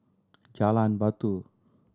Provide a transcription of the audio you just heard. Jalan Batu